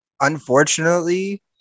unfortunately